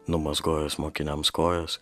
numazgojęs mokiniams kojas